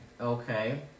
Okay